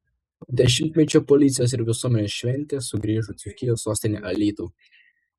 po dešimtmečio policijos ir visuomenės šventė sugrįžo į dzūkijos sostinę alytų